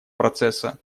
процесса